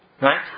Right